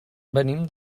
venim